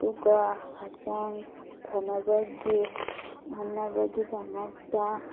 ꯑꯗꯨꯒ ꯍꯛꯆꯥꯡ ꯐꯅꯕꯒꯤ ꯐꯅꯕꯒꯤꯗꯃꯛꯇ